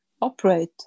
operate